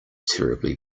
terribly